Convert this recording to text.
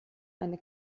eine